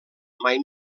mai